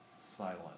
silent